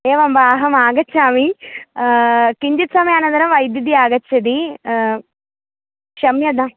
एवं वा अहमागच्छामि किञ्चित् समयानन्तरं विद्युत् आगच्छति क्षम्यतां